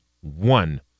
one